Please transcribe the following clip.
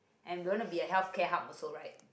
and we want to be a healthcare hub also right